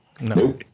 No